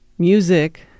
Music